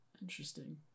interesting